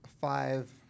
five